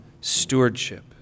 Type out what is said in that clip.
stewardship